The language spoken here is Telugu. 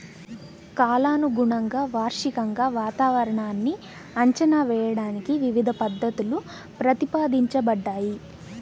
కాలానుగుణంగా, వార్షికంగా వాతావరణాన్ని అంచనా వేయడానికి వివిధ పద్ధతులు ప్రతిపాదించబడ్డాయి